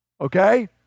Okay